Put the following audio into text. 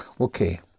Okay